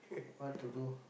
what to do